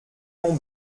mont